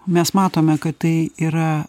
mes matome kad tai yra